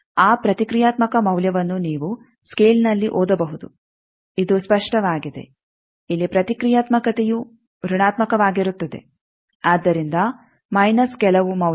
ಆ ಪ್ರತಿಕ್ರಿಯಾತ್ಮಕ ಮೌಲ್ಯವನ್ನು ನೀವು ಸ್ಕೇಲ್ನಲ್ಲಿ ಓದಬಹುದು ಇದು ಸ್ಪಷ್ಟವಾಗಿದೆ ಇಲ್ಲಿ ಪ್ರತಿಕ್ರಿಯಾತ್ಮಕತೆಯು ಋಣಾತ್ಮಕವಾಗಿರುತ್ತದೆ ಆದ್ದರಿಂದ ಮೈನಸ್ ಕೆಲವು ಮೌಲ್ಯ